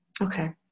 Okay